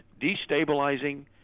destabilizing